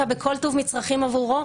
ציידתי אותה בכל טוב מצרכים עבורו,